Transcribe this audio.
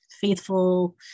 faithful